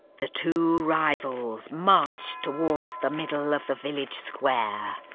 the two rivals marched towards the middle of the village square.